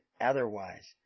otherwise